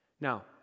Now